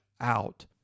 out